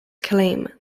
claim